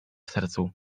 sercu